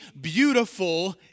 beautiful